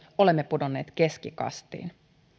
olemme pudonneet keskikastiin